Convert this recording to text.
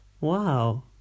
Wow